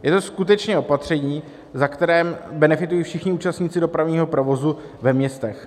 Je to skutečně opatření, ve kterém benefitují všichni účastníci dopravního provozu ve městech.